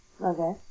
Okay